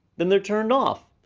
then they're turned off.